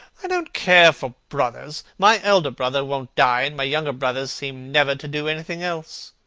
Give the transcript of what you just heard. i don't care for brothers. my elder brother won't die, and my younger brothers seem never to do anything else.